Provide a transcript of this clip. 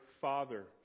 father